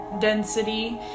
density